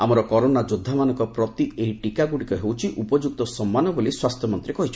ଆମର କରୋନା ଯୋଦ୍ଧାମାନଙ୍କ ପ୍ରତି ଏହି ଟୀକାଗୁଡ଼ିକ ହେଉଛି ଉପଯୁକ୍ତ ସମ୍ମାନ ବୋଲି ସ୍ୱାସ୍ଥ୍ୟମନ୍ତ୍ରୀ କହିଛନ୍ତି